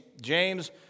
James